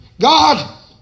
God